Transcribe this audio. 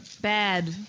Bad